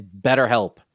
BetterHelp